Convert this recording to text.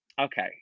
Okay